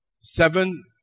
seven